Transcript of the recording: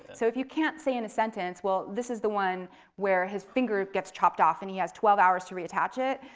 so if you can't say in a sentence, this is the one where his finger gets chopped off and he has twelve hours to reattach it.